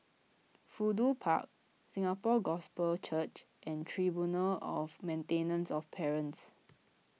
Fudu Park Singapore Gospel Church and Tribunal of Maintenance of Parents